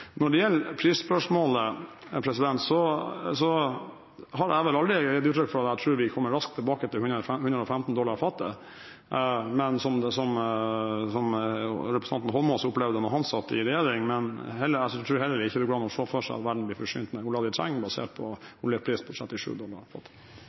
Når det gjelder prisspørsmålet, har jeg aldri gitt utrykk for at jeg tror vi kommer raskt tilbake til 115 dollar fatet, som representanten Eidsvoll Holmås opplevde da han satt i regjering. Jeg tror heller ikke det går an å se for seg at verden blir forsynt med oljen de trenger, basert på en oljepris på 37 dollar fatet.